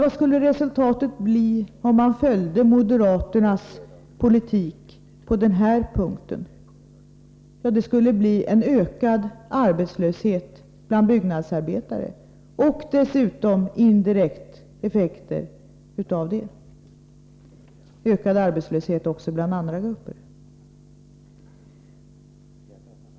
Vad skulle resultatet bli om man följde moderaternas politik på den här punkten? Det skulle leda till en ökad arbetslöshet bland byggnadsarbetare. Detta skulle dessutom få indirekta effekter — ökad arbetslöshet också bland andra grupper.